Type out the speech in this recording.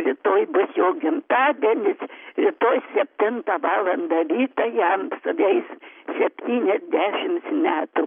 rytoj bus jo gimtadienis rytoj septintą valandą ryto jam suveis septyniasdešims metų